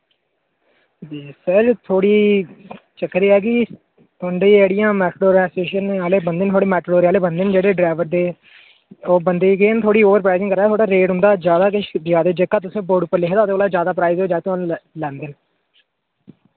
जी sir थोह्ड़ी चक्कर एह् ऐ कि तुंदी जेह्ड़ियां मैटाडोरां एसोसिएशन आह्ले बंदे न थुआढ़े मैटाडोरे आह्ले बंदे न जेह्ड़े ड्रैवर ते ओह् बंदे केह् न थोह्ड़ी ओवर प्राइसिंग करा दे थोह्ड़ा रेट उं'दा ज्यादा किश दिया दे जेह्का तुसें बोर्ड उप्पर लिखे दा उ'दे कोला ज्यादा प्राइस ओ जाकतें कोला लैंदे न